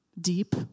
deep